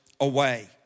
away